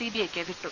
സിബിഐക്ക് വിട്ടു